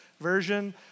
version